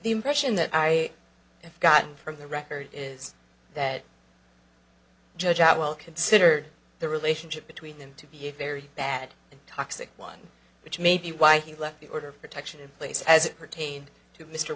the impression that i have gotten from the record is that judge out well considered the relationship between them to be a very bad and toxic one which may be why he left the order of protection in place as it pertained to mr